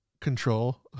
Control